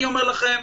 אני אומר לכם: